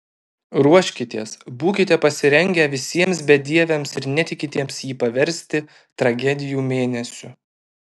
ruoškitės būkite pasirengę visiems bedieviams ir netikintiems jį paversti tragedijų mėnesiu